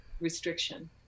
restriction